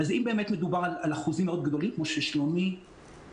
אז אם באמת מדובר על אחוזים מאוד גדולים כמו ששלומי הציג,